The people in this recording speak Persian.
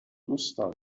دوستان